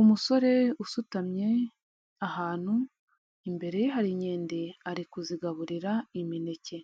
Umusore usutamye ahantu, imbere ye hari inkende ari kuzigaburira imineke